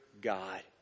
God